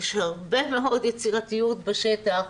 יש הרבה מאוד יצירתיות בשטח,